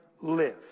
live